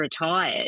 retired